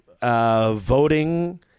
voting